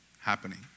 happening